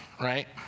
right